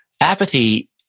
apathy